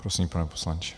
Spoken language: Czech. Prosím, pane poslanče.